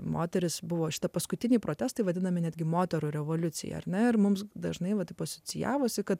moteris buvo šita paskutinė protestai vadinami netgi moterų revoliucija ar na ir mums dažnai va taip asocijavosi kad